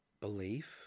belief